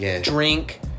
drink